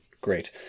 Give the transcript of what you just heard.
Great